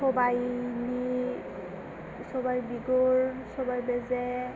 स'बायनि स'बाय बिगुर स'बाय बेजे